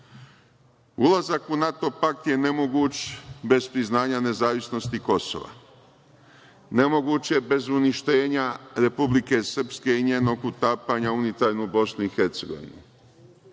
u NATO pakt je nemoguć bez priznanja nezavisnosti Kosova. Nemoguć je bez uništenja Republike Srpske i njenog utapanja u unitarnu Bosnu i Hercegovinu.